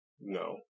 No